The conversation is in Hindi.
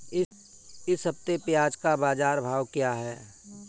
इस हफ्ते प्याज़ का बाज़ार भाव क्या है?